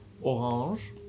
orange